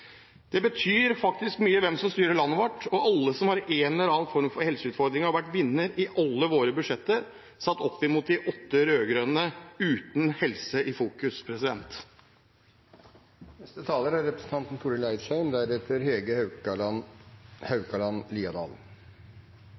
Det betyr faktisk mye hvem som styrer landet vårt, og alle som har en eller annen form for helseutfordring, har vært vinner i alle våre budsjetter, sett opp mot de åtte rød-grønne årene uten helse i fokus.